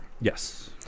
Yes